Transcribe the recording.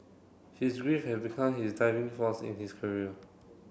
his grief had become his diving force in his career